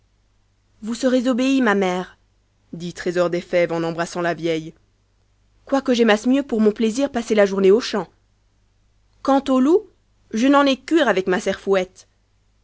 vous serez obéie ma mère dit trésor des fèves en embrassant la vieille quoique j'aimasse mieux pour mon plaisir passer la journée aux champs quant aux loups je n'en ai cure avec ma serfouette